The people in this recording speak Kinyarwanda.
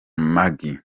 maggie